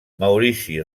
maurici